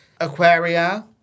Aquaria